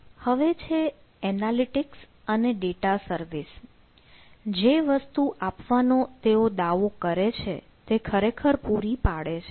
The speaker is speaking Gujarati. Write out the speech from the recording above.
હવે છે એનાલિટિક્સ અને ડેટા સર્વિસ જે વસ્તુ આપવાનો તેઓ દાવો કરે છે તે ખરેખર પૂરી પાડે છે